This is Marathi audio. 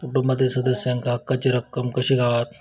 कुटुंबातील सदस्यांका हक्काची रक्कम कशी गावात?